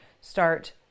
start